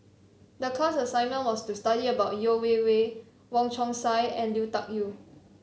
the class assignment was to study about Yeo Wei Wei Wong Chong Sai and Lui Tuck Yew